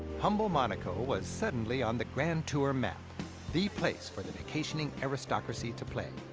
humble monaco was suddenly on the grand tour map the place for the vacationing aristocracy to play.